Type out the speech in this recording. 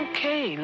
Okay